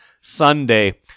Sunday